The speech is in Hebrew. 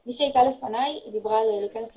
היא דיברה על להכנס לכיתות,